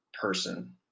person